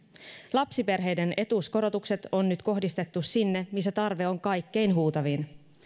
lapsiperheiden etuuskorotukset on nyt kohdistettu sinne missä tarve on kaikkein huutavin tämä